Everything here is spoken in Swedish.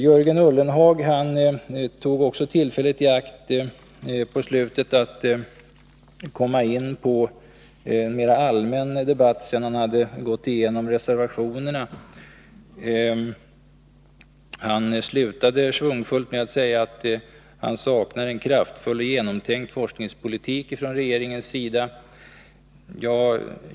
Jörgen Ullenhag tog också tillfället i akt i slutet av sitt anförande att komma in på en mera allmän debatt, sedan han hade gått igenom reservationerna. Han slutade schvungfullt med att säga att han saknade en kraftfull och genomtänkt forskningspolitik från regeringens sida.